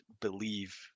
believe